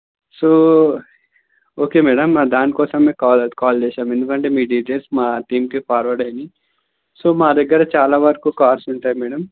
so okay madam దాని కోసం call call చేశాం ఎందుకంటే మీ డీటైల్స్ మా టీమ్కి ఫార్వర్డ్ అయినాయి సో మా దగ్గర చాలా వరకు కార్సు ఉంటాయి మేడమ్